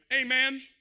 Amen